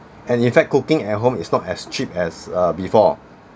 and in fact cooking at home is not as cheap as uh before